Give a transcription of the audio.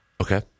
Okay